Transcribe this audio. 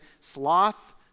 sloth